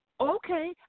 Okay